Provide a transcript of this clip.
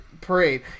parade